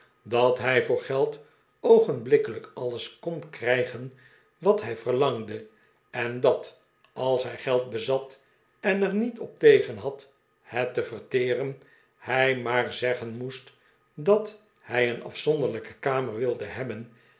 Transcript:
dat hij voor geld oogenblikkelijk alles kon krijgen wat hij verlangde en dat als hij geld bezat en er niet op tegen had het te verteren hij maar zeggen moest dat hij een afzonderlijke kamer wilde hebben